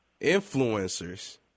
influencers